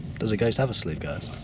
does a ghost have a sleeve, guys?